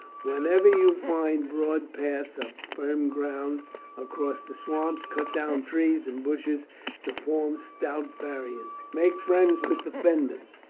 whenever you find broad paths of firm ground across the swamps, cut down trees and bushes to form stout barriers. make friends with the fenmen.